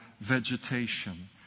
vegetation